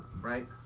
Right